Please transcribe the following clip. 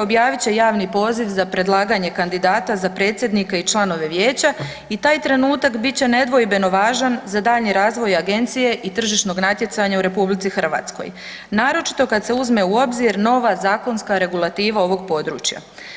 objavit će javni poziv za predlaganje kandidata za predsjednika i članove vijeća i taj trenutak bit će nedvojbeno važan za daljnji razvoj agencije i tržišnog natjecanja u RH, naročito kad se uzme u obzir nova zakonska regulativa ovog područja.